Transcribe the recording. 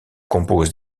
compose